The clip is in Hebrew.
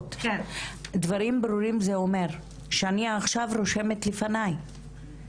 דברים ברורים זה אומר שאני עכשיו רושמת לפניי